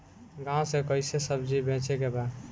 गांव से कैसे सब्जी बेचे के बा?